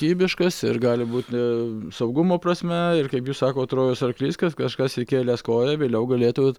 kybiškas ir gali būti saugumo prasme ir kaip jūs sakot trojos arklys kad kažkas įkėlęs koją vėliau galėtų